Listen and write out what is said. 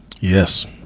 Yes